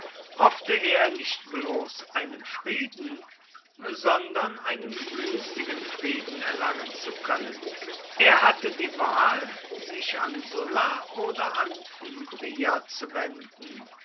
hoffte er nicht bloß einen frieden sondern einen günstigen frieden erlangen zu können er hatte die wahl sich an sulla oder an fimbria zu wenden